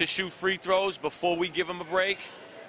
to shoot free throws before we give them a break